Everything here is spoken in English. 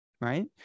right